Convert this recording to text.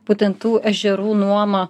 būtent tų ežerų nuoma